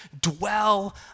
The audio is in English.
dwell